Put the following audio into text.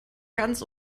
ganz